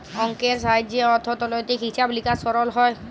অংকের সাহায্যে অথ্থলৈতিক হিছাব লিকাস সরল হ্যয়